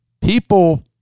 people